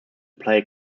play